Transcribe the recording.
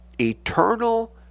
eternal